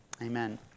Amen